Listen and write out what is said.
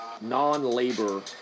non-labor